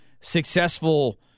successful